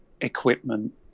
equipment